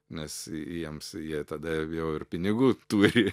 nes jiems jie tada jau ir pinigų turi